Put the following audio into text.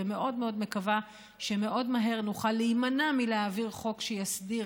ומאוד מאוד מקווה שמאוד מהר נוכל להימנע מלהעביר חוק שיסדיר,